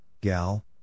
Gal